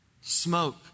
Smoke